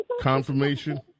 confirmation